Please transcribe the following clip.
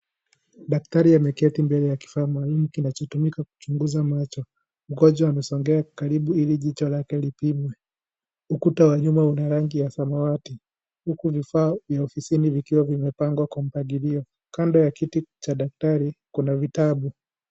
Daktari ameketi mbele ya kifaa muhimu kinachotumika kuchunguza macho, mgonjwa amesongea karibu ili jicho lake lipimwe ukuta wa nyuma una rangi wa samawati huku vifaa vya ofisini vikiwa vimepangwa kwa mpangilio kando ya kiti cha daktari kuna vitabu.